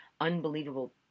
unbelievable